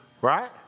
right